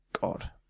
god